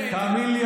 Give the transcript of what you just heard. תאמין לי,